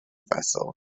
vessel